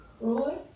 Roy